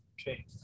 Okay